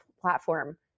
platform